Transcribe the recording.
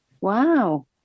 Wow